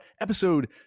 episode